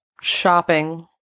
shopping